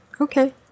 okay